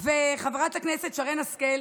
וחברת הכנסת שרן השכל,